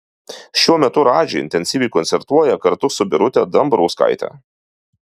šiuo metu radži intensyviai koncertuoja kartu su birute dambrauskaite